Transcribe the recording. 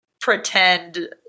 Pretend